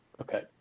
Okay